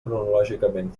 cronològicament